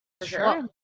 Sure